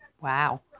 Wow